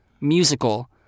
musical